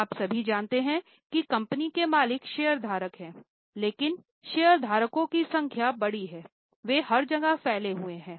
आप सभी जानते हैं कि कंपनी के मालिक शेयरधारक हैं लेकिन शेयरधारकों की संख्या बड़ी है वे हर जगह फैले हुए हैं